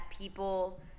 people